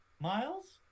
Miles